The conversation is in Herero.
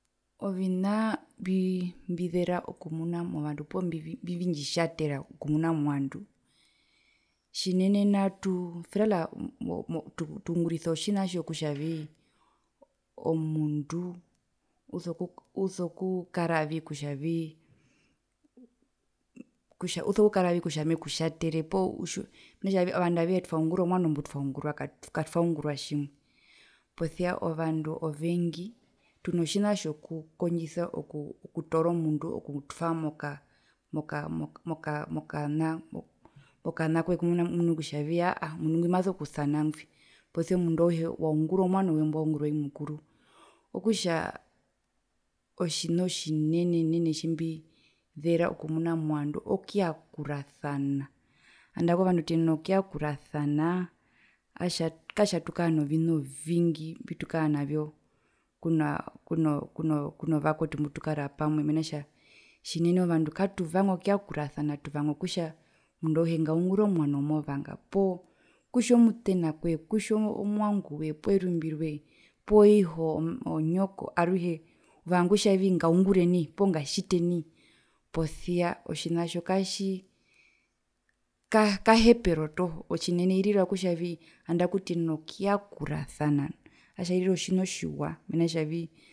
Ovinaa mbi mbizera okumuna movandu poo mbi mbindjitjatera okumuna movandu tjinene nao tuu veraal momo mo tungurisa otjina tjokutjavii omundu usoku usokuu usokukaravi kutjavii uso kukaravi kutja mekutjatere poo mena kutjavii ovandu avehe twaungurwa omwano mbutwaungurwa katwaungurwa tjimwe posia ovandu ovengi tuno tjina tjoku kondjisa okutoora omundu okutwamo mokaa moka moka moka mokana mo mokanakwee kumomunu kutjavii aahaa omundu ngwi maso kusana ngwi posia omundu auhe waungurwa omwanowe mbwaungurwa i mukuru okutja otjina otjinene nene tjimbii zera okumuna movandu okuyakurasana handaku ovandu tuyenena okuyakurasana atja katja tukara novina ovingi mbitukaa navyo kunaa kuno kuno vakwetu mbutukara pamwe menatja tjinene ovandu katuvanga okuyakurasana tuvanga kutja omundu auhe ngaungure omwano mbumovanga poo kutja omutenakwee kutja omwanguwee poo erumbirwee poo iho, onyoko aruhe uvanga kutjavii ngaungure nai poo ngatjite nai posia otjinatjo katjii kaa kaka hepero toho otjinene irira kutjavii nandaku tuyenena okuyakurasana atjairira otjina otjiwa